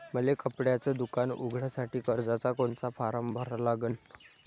मले कपड्याच दुकान उघडासाठी कर्जाचा कोनचा फारम भरा लागन?